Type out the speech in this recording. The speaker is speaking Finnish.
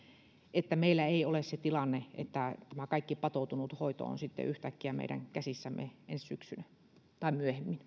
että meillä ei ole se tilanne että tämä kaikki patoutunut hoito on sitten yhtäkkiä meidän käsissämme ensi syksynä tai